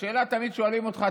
תמיד שואלים אותך,